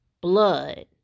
blood